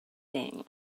thing